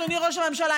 אדוני ראש הממשלה,